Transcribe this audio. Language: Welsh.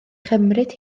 chymryd